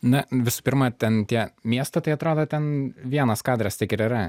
na visų pirma ten tie miesto tai atrodo ten vienas kadras tik ir yra